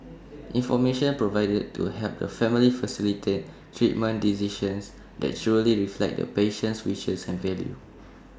information provided could help the family facilitate treatment decisions that truly reflect the patient's wishes and values